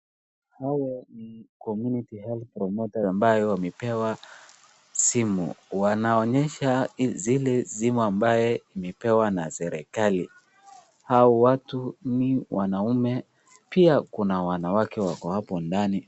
Hawa ni Community Health Promoter ambao wamepewa simu, wanaonyesha zile simu ambaye wamepewa na serikali. Hawa watu ni wanaume, pia kuna wanawake wako hapo ndani.